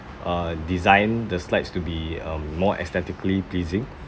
uh design the slides to be more um aesthetically pleasing